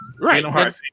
Right